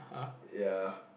ya